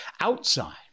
outside